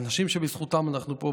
האנשים שבזכותם אנחנו פה.